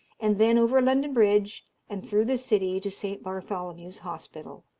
and then over london bridge and through the city to st. bartholomew's hospital.